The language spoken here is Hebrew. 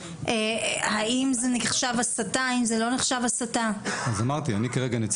האם זה נחשב הסתה, האם זה לא נחשב הסתה?